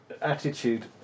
attitude